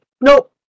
nope